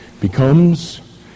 becomes